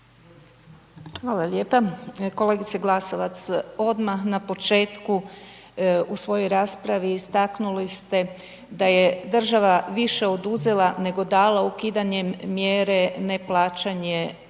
Hvala lijepa. Kolegice Glasovac, odmah na početku u svojoj raspravi istaknuli ste da je država više oduzela nego dala ukidanjem mjere ne plaćanje poreza